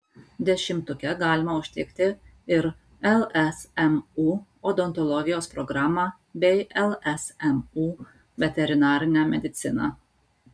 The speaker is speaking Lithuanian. dešimtuke galima užtikti ir lsmu odontologijos programą bei lsmu veterinarinę mediciną